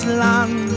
land